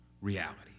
reality